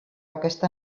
aquesta